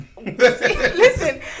Listen